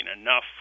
enough